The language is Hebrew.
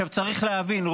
צריך להבין,